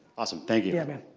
awesome, thank you. yeah, man.